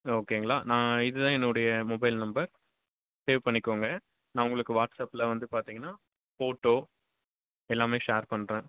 ஓகேங்களா நான் இது தான் என்னுடைய மொபைல் நம்பர் சேவ் பண்ணிக்கோங்க நான் உங்களுக்கு வாட்ஸப்பில வந்து பார்த்தீங்கன்னா ஃபோட்டோ எல்லாமே ஷேர் பண்ணுறேன்